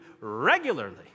regularly